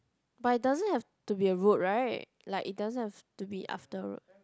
but it doesn't have to be a road right like it doesn't have to be after road